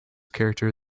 character